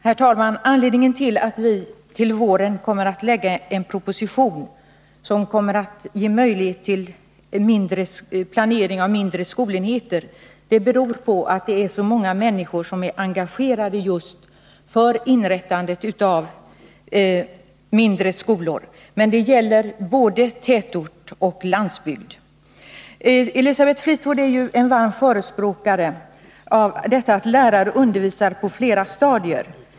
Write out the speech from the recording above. Herr talman! Anledningen till att vi till våren kommer att lägga fram en proposition, som kommer att ge möjlighet till planering av mindre skolenheter, är just att så många människor är engagerade för inrättandet av sådana skolor. Men den möjligheten gäller för både tätort och landsbygd. Elisabeth Fleetwood är ju en varm förespråkare av att lärare skall få undervisa på flera stadier.